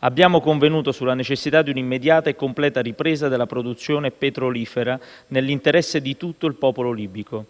Abbiamo convenuto sulla necessità di un'immediata e completa ripresa della produzione petrolifera, nell'interesse di tutto il popolo libico.